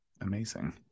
Amazing